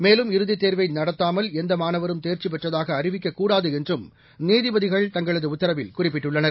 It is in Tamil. மேலும் இறுதித் தேர்வை நடத்தாமல் எந்த மாணவரும் தேர்ச்சி பெற்றதாக அறிவிக்கக்கூடாது என்றும் நீதிபதிகள் தங்களது உத்தரவில் குறிப்பிட்டுள்ளனர்